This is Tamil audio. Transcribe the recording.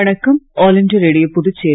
வணக்கம் ஆல் இண்டியா ரேடியோபுதுச்சேரி